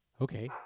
Okay